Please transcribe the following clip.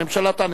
הממשלה תענה.